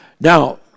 Now